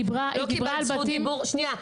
היא דיברה על בתים --- שנייה,